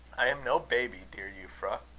i am no baby, dear euphra,